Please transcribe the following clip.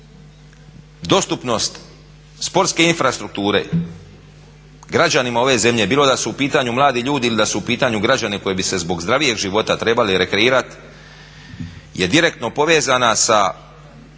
Dostupnost sportske infrastrukture građanima ove zemlje bilo da su u pitanju mladi ljudi ili da su u pitanju građani koji bi se zbog zdravijeg života trebali rekreirati je direktno povezana sa